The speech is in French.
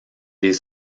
les